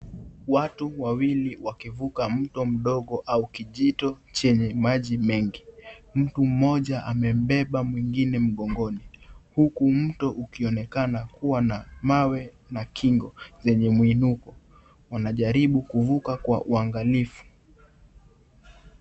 Watu wawili wakivuka mto mdogo au kijito chenye maji mengi mtu mmoja amembeba mwingine mgongoni huku mto ukionekana kuwa na mawe na kingo yenye muinuko wanajaribu kuvuka kwa uangalifu.